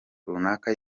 runaka